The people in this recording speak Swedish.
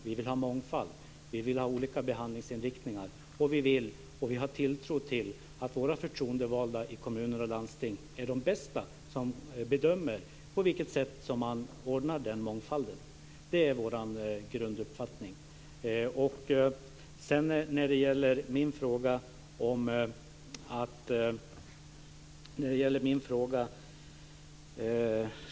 Vi vill ha en mångfald av olika behandlingsinriktningar, och vi tror att det är våra förtroendevalda i kommuner och landsting som bäst bedömer på vilket sätt den mångfalden ska åstadkommas. Det är vår grunduppfattning. Jag har tagit upp frågan om tvåtredjedels majoritet.